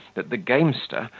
that the gamester,